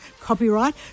copyright